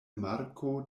marko